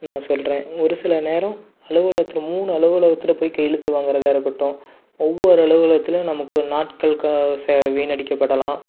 நான் சொல்கிறேன் ஒரு சில நேரம் அலுவலகத்தில் மூணு அலுவலகத்தில் போய் கையெழுத்து வாங்கிறதா இருக்கட்டும் ஒவ்வொரு அலுவலத்துலேயும் நமக்கு நாட்கள் க ச வீண்ணடிக்கப்படலாம்